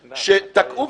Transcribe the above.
שתקעו,